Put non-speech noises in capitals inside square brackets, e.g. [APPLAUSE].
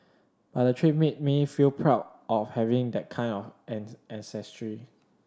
but the trip made me feel proud of having that kind of [UNINTELLIGIBLE] ancestry